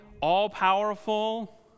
all-powerful